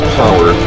power